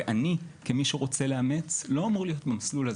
ואני, כמי שרוצה לאמץ, לא אמור להיות במסלול הזה.